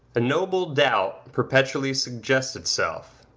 a noble doubt perpetually suggests itself,